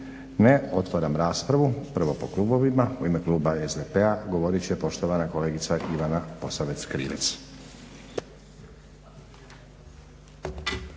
Ne. Otvaram raspravu. Prvo po klubovima. U ime kluba SDP-a govorit će poštovana kolegica Ivana Posavec Krivec.